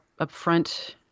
upfront